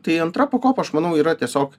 tai antra pakopa aš manau yra tiesiog